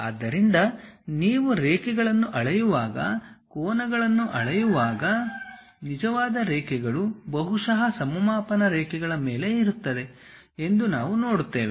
ಆದ್ದರಿಂದ ನೀವು ರೇಖೆಗಳನ್ನು ಅಳೆಯುವಾಗ ಕೋನಗಳನ್ನು ಅಳೆಯುವಾಗ ನಿಜವಾದ ರೇಖೆಗಳು ಬಹುಶಃ ಸಮಮಾಪನ ರೇಖೆಗಳ ಮೇಲೆ ಇರುತ್ತವೆ ಎಂದು ನಾವು ನೋಡುತ್ತೇವೆ